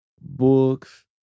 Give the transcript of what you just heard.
books